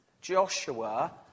Joshua